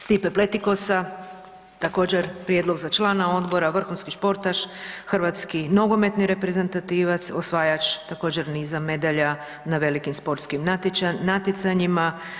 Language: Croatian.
Stipe Pletikosa, također prijedlog za člana odbora, vrhunski športaš, hrvatski nogometni reprezentativac, osvajač također niza medalja na velikim sportskim natjecanjima.